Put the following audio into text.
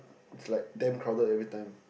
is like damn crowded every time